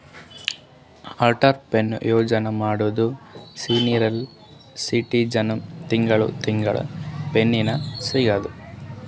Atal pension Yojana ಮಾಡುದ್ರ senior ಸಿಟಿಜನ್ಗ ತಿಂಗಳಾ ತಿಂಗಳಾ ಪೆನ್ಶನ್ ಸಿಗ್ತುದ್